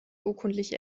urkundliche